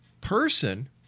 person